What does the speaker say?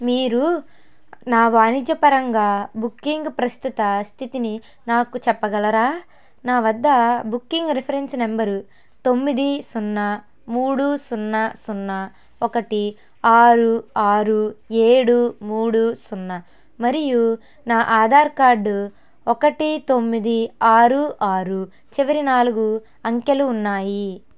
మీరు నా వాణిజ్యపరంగా బుకింగ్ ప్రస్తుత స్థితిని నాకు చెప్పగలరా నా వద్ద బుకింగ్ రిఫరెన్స్ నంబరు తొమ్మిది సున్నా మూడు సున్నా సున్నా ఒకటి ఆరు ఆరు ఏడు మూడు సున్నా మరియు నా ఆధార్ కార్డ్ ఒకటి తొమ్మిది ఆరు ఆరు చివరి నాలుగు అంకెలు ఉన్నాయి